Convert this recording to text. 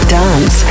dance